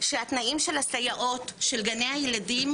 שהתנאים של הסייעות של גני הילדים,